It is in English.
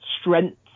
strength